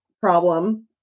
problem